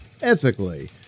ethically